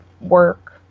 work